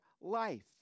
life